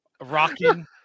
rocking